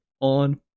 on